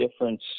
difference